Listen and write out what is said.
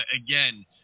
again